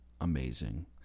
amazing